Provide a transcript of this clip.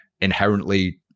inherently